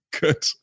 good